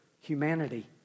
humanity